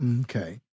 Okay